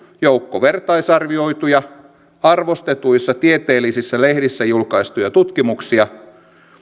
joukko vertaisarvioituja arvostetuissa tieteellisissä lehdissä julkaistuja tutkimuksia